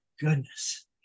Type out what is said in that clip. goodness